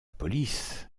police